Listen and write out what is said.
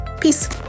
Peace